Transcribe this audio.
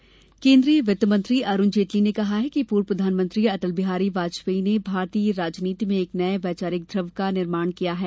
जेटली व्याख्यान केन्द्रीय वित्त मंत्री अरुण जेटली ने कहा है कि पूर्व प्रधानमंत्री अटलबिहारी वाजपेयी ने भारतीय राजनीति में एक नये वैचारिक ध्रुव का निर्माण किया है